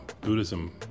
Buddhism